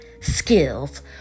skills